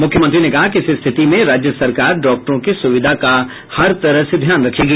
मुख्यमंत्री ने कहा कि इस स्थिति में राज्य सरकार डॉक्टरों की सुविधा का हर तरह से ध्यान रखेगी